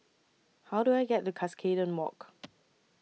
How Do I get The Cuscaden Walk